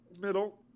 middle